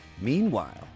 Meanwhile